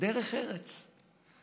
דרך ארץ.